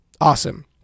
awesome